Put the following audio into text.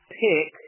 pick